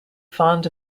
fond